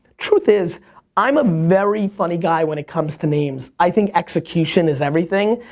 truth is i'm a very funny guy when it comes to names. i think execution is everything,